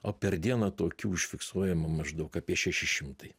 o per dieną tokių užfiksuojama maždaug apie šeši šimtai